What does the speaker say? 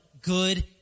good